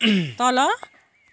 तल